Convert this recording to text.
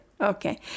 Okay